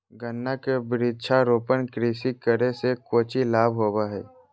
गन्ना के वृक्षारोपण कृषि करे से कौची लाभ होबो हइ?